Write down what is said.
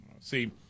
See